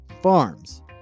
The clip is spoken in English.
farms